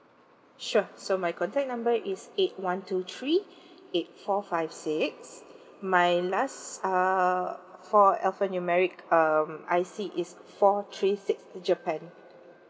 sure so my contact number is eight one two three eight four five six my last uh four alphanumeric um I_C is four three six japan